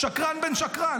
שקרן בן שקרן.